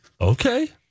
Okay